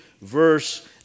verse